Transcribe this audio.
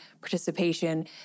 participation